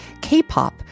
K-pop